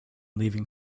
leaving